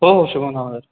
हो शुभम